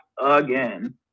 again